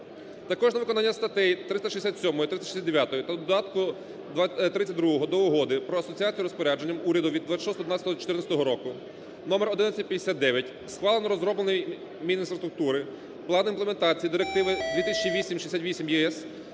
Також на виконання статей 367, 369 та Додатку 32 до Угоди про асоціацію розпорядженням урядом від 26.12.14 року № 1159 схвалено і розроблено Мінінфраструктури план імплементації Директиви 200868 ЄС